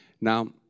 Now